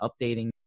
updating